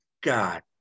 God